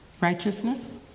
Righteousness